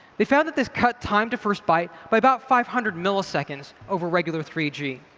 they found that this cut time to first byte by about five hundred milliseconds over regular three g.